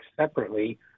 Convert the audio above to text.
separately